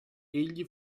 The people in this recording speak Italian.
egli